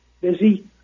Busy